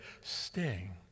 Sting